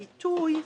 העיתוי,